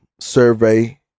survey